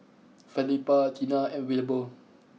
Felipa Tina and Wilbur